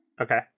Okay